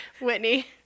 Whitney